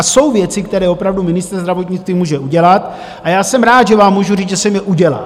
Jsou věci, které opravdu ministr zdravotnictví může udělat, a já jsem rád, že vám můžu říct, že jsem je udělal.